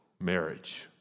marriage